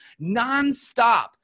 nonstop